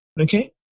Okay